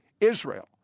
Israel